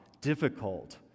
difficult